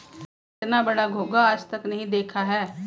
मैंने इतना बड़ा घोंघा आज तक नही देखा है